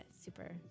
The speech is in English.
super